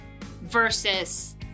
versus